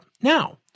Now